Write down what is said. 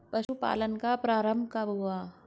पशुपालन का प्रारंभ कब हुआ?